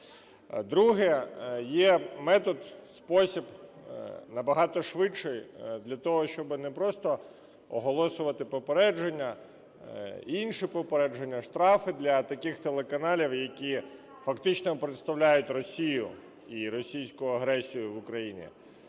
Друге. Є метод, спосіб набагато швидший для того, щоби не просто оголошувати попередження, інші попередження, штрафи для таких телеканалів, які фактично представляють Росію і російську агресію в Україні.